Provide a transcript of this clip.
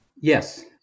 Yes